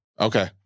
Okay